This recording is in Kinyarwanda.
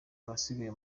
abasigaye